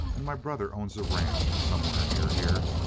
and my brother owns a ranch, somewhere near here.